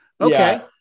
Okay